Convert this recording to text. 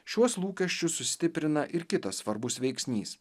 šiuos lūkesčius sustiprina ir kitas svarbus veiksnys